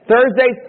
Thursday